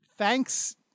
Thanks